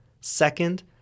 Second